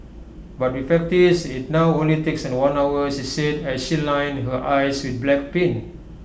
but with practice IT now only takes one hour she said as she lined her eyes with black paint